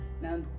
now